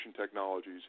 technologies